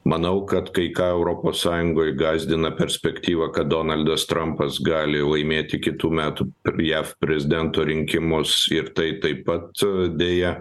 manau kad kai ką europos sąjungoj gąsdina perspektyva kad donaldas trumpas gali laimėti kitų metų jav prezidento rinkimus ir tai taip pat deja